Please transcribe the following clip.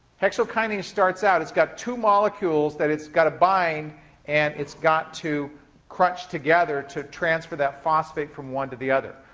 hexokinase starts out, it's got two molecules that it's got to bind and it's got to crunch together to transfer that phosphate from one to the other.